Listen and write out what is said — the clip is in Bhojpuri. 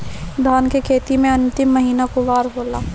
धान के खेती मे अन्तिम महीना कुवार होला?